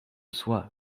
soi